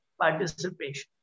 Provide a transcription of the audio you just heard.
participation